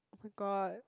I forgot